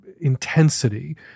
intensity